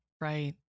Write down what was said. Right